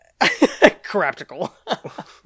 Craptical